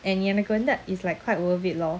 and எனக்குவந்து:enaku vandhu is like quite worth it lor